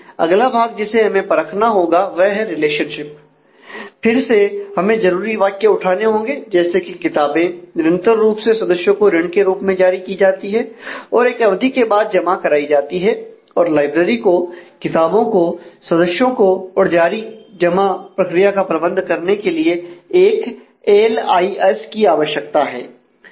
अगला भाग जिसे हमें परखना होगा वह है रिलेशनशिप फिर से हमें जरूरी वाक्य उठाने होंगे जैसे की किताबें निरंतर रूप से सदस्यों को ऋण के रूप में जारी की जाती है और एक अवधि के बाद जमा कराई जाती है और लाइब्रेरी को किताबों को सदस्यों को और जारी जमा प्रक्रिया का प्रबंध करने के लिए एक एल आई एस की आवश्यकता है